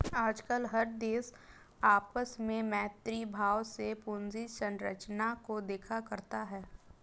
आजकल हर देश आपस में मैत्री भाव से पूंजी संरचना को देखा करता है